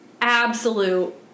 absolute